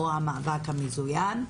או המאבק המזויין,